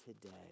today